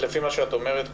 לפי מה שאת אומרת,